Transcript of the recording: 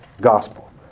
gospel